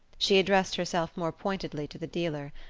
she addressed herself more pointedly to the dealer.